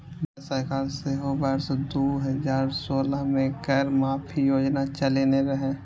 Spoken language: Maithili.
भारत सरकार सेहो वर्ष दू हजार सोलह मे कर माफी योजना चलेने रहै